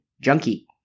junkie